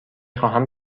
خواهم